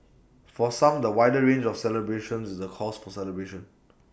for some the wider range of celebrations is A cause for celebration